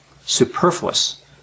superfluous